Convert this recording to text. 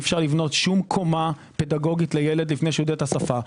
אי אפשר לבנות שום קומה פדגוגית לילד לפני שיודע את השפה.